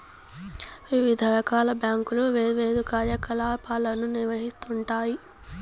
వివిధ రకాల బ్యాంకులు వేర్వేరు కార్యకలాపాలను నిర్వహిత్తూ ఉంటాయి